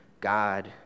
God